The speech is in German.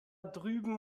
drüben